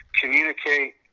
communicate